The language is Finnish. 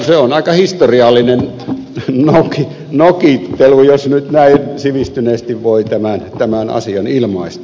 se on aika historiallinen nokittelu jos nyt näin sivistyneesti voi tämän asian ilmaista